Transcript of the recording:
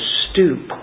stoop